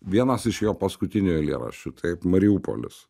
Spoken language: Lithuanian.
vienas iš jo paskutinių eilėraščių taip mariupolis